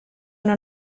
una